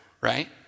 right